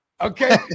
Okay